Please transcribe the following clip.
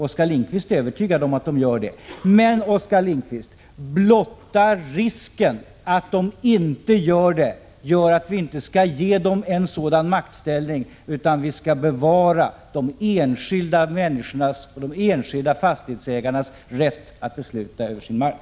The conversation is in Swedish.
Oskar Lindkvist är övertygad om att de gör det. Men, Oskar Lindkvist, blotta risken att det inte blir så gör att vi inte skall ge dem en sådan maktställning utan bevara de enskilda människornas, de enskilda fastighetsägarnas rätt att besluta över sin mark.